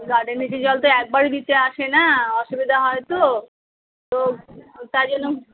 গার্ডেনরিচের জল তো একবারই দিতে আসে না অসুবিধে হয় তো তো তাই জন্য